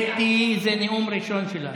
קטי, זה נאום ראשון שלה.